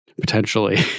potentially